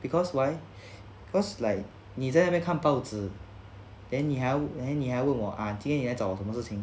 because why cause like 你在那边看报纸 then 你还要你还问我 ah 今天你来找我什么事情